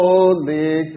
Holy